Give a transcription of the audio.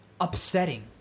upsetting